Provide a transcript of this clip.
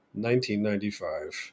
1995